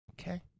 Okay